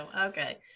okay